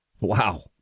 Wow